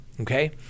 Okay